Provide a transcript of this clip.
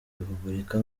repuburika